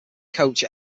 coach